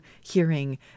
hearing